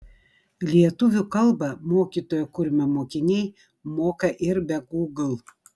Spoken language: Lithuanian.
lietuvių kalbą mokytojo kurmio mokiniai moka ir be gūgl